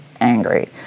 angry